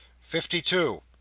fifty-two